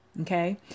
Okay